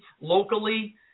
locally